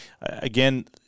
again